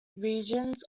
regions